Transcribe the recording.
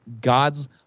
God's